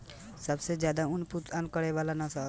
सबसे ज्यादा उन उत्पादन करे वाला नस्ल कवन ह?